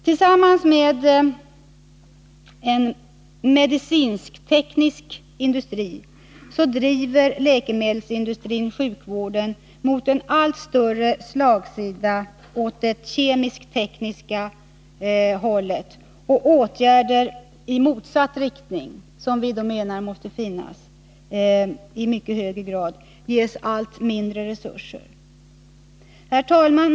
Tillsammans med den medicinsk-tekniska industrin driver läkemedelsindustrin sjukvården mot en allt större slagsida åt det kemisk-tekniska hållet, och åtgärder i motsatt riktning, som vi menar måste finnas i mycket högre grad, ges allt mindre resurser. Herr talman!